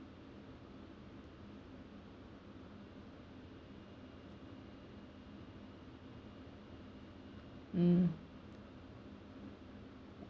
mm